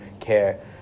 care